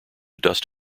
dust